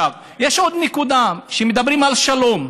יש עוד נקודה כשמדברים על שלום,